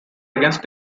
against